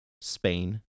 Spain